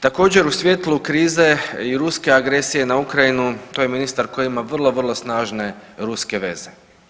Također u svjetlu krize i Ruske agresije na Ukrajinu to je ministar koji ima vrlo, vrlo snažne ruske veze.